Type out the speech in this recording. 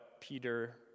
Peter